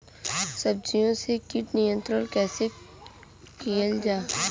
सब्जियों से कीट नियंत्रण कइसे कियल जा?